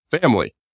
family